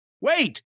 Wait